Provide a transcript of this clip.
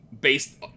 Based